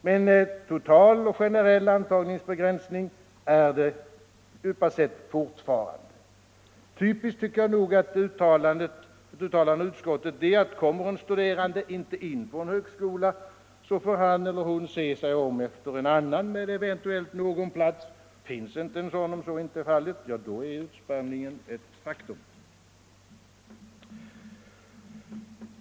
Men en total och generell antagningsbegränsning är det, djupast sett, fortfarande. Typiskt tycker jag nog är ett uttalande av utskottet, att kommer en studerande inte in på en högskola får han eller hon se sig om efter en annan med eventuellt någon plats kvar. Finns det ingen sådan är utspärrningen ett faktum.